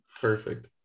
Perfect